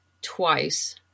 twice